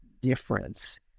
difference